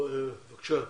בבקשה.